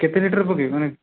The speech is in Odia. କେତେ ଲିଟର ପକାଇବେ ମାନେ